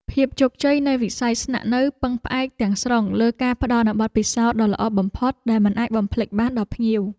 ភាពជោគជ័យនៃវិស័យស្នាក់នៅពឹងផ្អែកទាំងស្រុងលើការផ្តល់នូវបទពិសោធន៍ដ៏ល្អបំផុតដែលមិនអាចបំភ្លេចបានដល់ភ្ញៀវ។